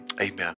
amen